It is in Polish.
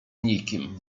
nikim